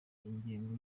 ingengo